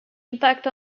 impact